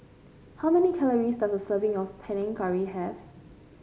how many calories does a serving of Panang Curry have